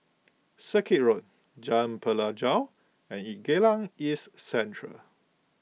Circuit Road Jalan Pelajau and Geylang East Central